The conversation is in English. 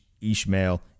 Ishmael